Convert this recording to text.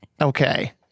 Okay